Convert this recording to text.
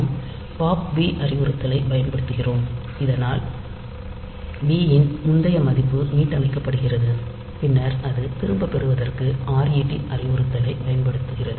நாம் pop B அறிவுறுத்தலைப் பயன்படுத்துகிறோம் இதனால் b இன் முந்தைய மதிப்பு மீட்டமைக்கப்படுகிறது பின்னர் அது திரும்ப பெறுவதற்கு ret அறிவுறுத்தலைப் பயன்படுத்துகிறது